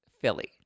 Philly